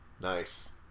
Nice